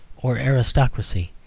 or aristocracy